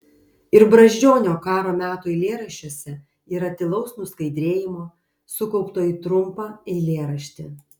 ir brazdžionio karo metų eilėraščiuose yra tylaus nuskaidrėjimo sukaupto į trumpą eilėraštį